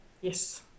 Yes